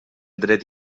dret